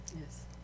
Yes